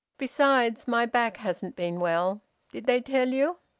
besides, my back hasn't been well. did they tell you?